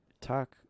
talk